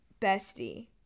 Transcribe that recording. Bestie